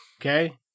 okay